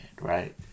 right